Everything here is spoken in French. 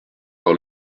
par